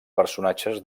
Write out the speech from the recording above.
personatges